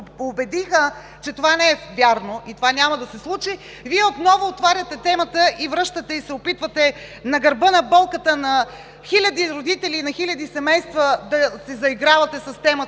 убедиха, че това не е вярно, и това няма да се случи, Вие отново отваряте темата и връщате, и се опитвате на гърба на болката на хиляди родители и на хиляди семейства да се заигравате с темата